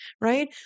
right